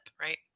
right